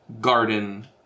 garden